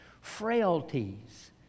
frailties